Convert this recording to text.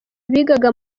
bigaga